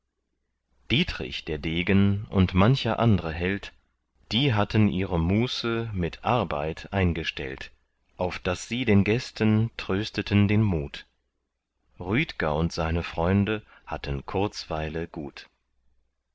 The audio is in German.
dietrich der degen und mancher andre held die hatten ihre muße mit arbeit eingestellt auf daß sie den gästen trösteten den mut rüdger und seine freunde hatten kurzweile gut